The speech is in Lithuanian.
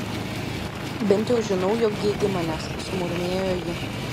bent jau žinau jog geidi manęs sumurmėjo ji